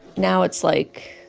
now it's, like,